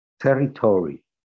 territory